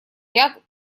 ряд